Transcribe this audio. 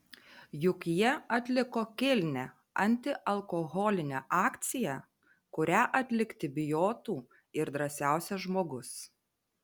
juk jie atliko kilnią antialkoholinę akciją kurią atlikti bijotų ir drąsiausias žmogus